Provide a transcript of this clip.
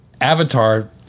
avatar